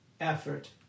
effort